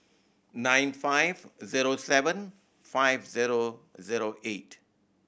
nine five zero seven five zero zero eight